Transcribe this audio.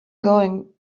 going